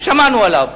שמענו עליו.